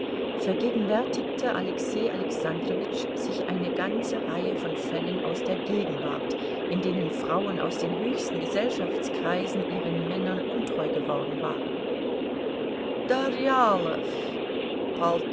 vergegenwärtigte alexei alexandrowitsch sich eine ganze reihe von fällen aus der gegenwart in denen frauen aus den höchsten gesellschaftskreisen ihren männern untreu geworden waren